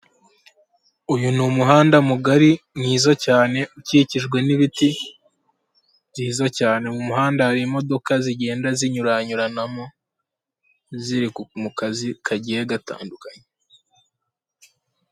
Uyu ni umuhanda mugari mwiza cyane, ukikijwe n'ibiti byiza cyane mu muhanda hari imodoka zigenda zinyuranyuranamo ziri mu kazi kagiye gatandukanye.